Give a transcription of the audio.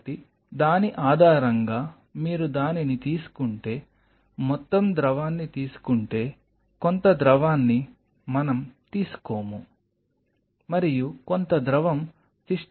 కాబట్టి దాని ఆధారంగా మీరు దానిని తీసుకుంటే మొత్తం ద్రవాన్ని తీసుకుంటే కొంత ద్రవాన్ని మనం తీసుకోము మరియు కొంత ద్రవం సిస్టమ్లోకి వస్తుంది